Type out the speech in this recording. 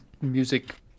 music